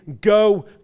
Go